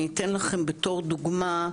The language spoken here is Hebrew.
אני אתן לכם בתור דוגמה.